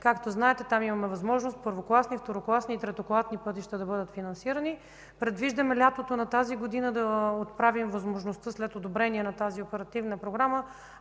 Както знаете, там имаме възможност първокласни, второкласни и третокласни пътища да бъдат финансирани. Предвиждаме през лятото на тази година да отправим възможността след одобрение на тази оперативна програма